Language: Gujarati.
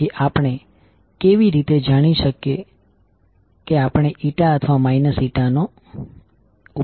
તેથી આપણે કેવી રીતે જાણી શકીએ કે આપણે n અથવા n નો ઉપયોગ કરવો જોઇએ